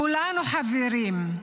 כולנו חברים,